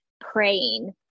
praying